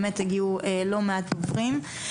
באמת הגיעו לא מעט דוברים.